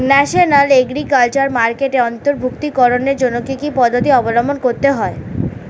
National agriculture মার্কেটে অন্তর্ভুক্তিকরণের জন্য কি কি পদ্ধতি অবলম্বন করতে হয়?